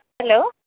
hello